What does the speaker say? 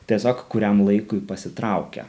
tiesiog kuriam laikui pasitraukia